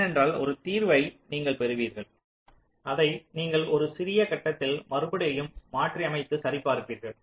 ஏனென்றால் ஒரு தீர்வை நீங்கள் பெறுவீர்கள் அதை நீங்கள் ஒரு சிறிய கட்டத்தில் மறுபடியும் மாற்றியமமைப்பை சரிபார்ப்பீர்கள்